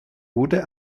wurde